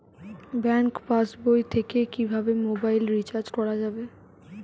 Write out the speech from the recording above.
Bank পাশবই থেকে কিভাবে মোবাইল রিচার্জ করা যাবে?